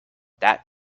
that